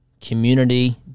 community